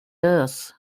earth